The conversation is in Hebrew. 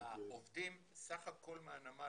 העובדים סך הכול מהנמל,